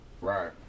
Right